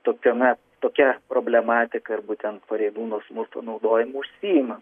tokiame tokia problematika ir būtent pareigūnų smurto naudojimu užsiima